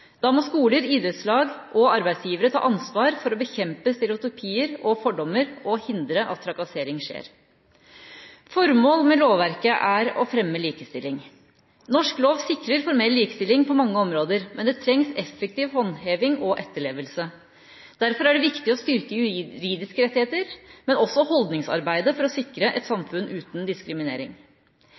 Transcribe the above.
Da må skoler, idrettslag og arbeidsgivere ta ansvar for å bekjempe stereotypier og fordommer og hindre at trakassering skjer. Formålet med lovverket er å fremme likestilling. Norsk lov sikrer formell likestilling på mange områder, men det trengs effektiv håndheving og etterlevelse. Derfor er det viktig å styrke juridiske rettigheter, også holdningsarbeidet, for å sikre et samfunn uten diskriminering.